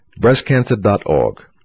Breastcancer.org